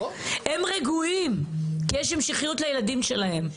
הם רגועים, כי יש המשכיות לילדים שלהם.